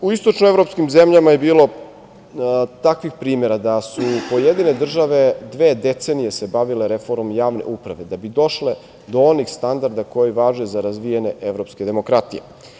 U istočno evropskim zemljama je bilo takvih primera da su pojedine države dve decenije se bavile reformom javne uprave da bi došle do onih standarda koji važe za razvijene evropske demokratije.